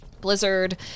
Blizzard